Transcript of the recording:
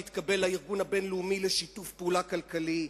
להתקבל לארגון הבין-לאומי לשיתוף פעולה כלכלי,